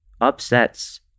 upsets